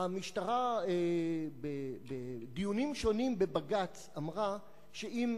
המשטרה אמרה בדיונים שונים בבג"ץ שאם